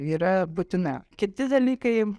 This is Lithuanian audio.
yra būtina kiti dalykai